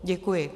Děkuji.